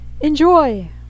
Enjoy